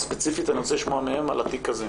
כי ספציפית אני רוצה לשמוע מהם על התיק הזה.